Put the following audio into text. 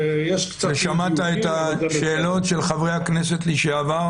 ושמעת את השאלות של חברי הכנסת לשעבר